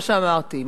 מה שאמרתי,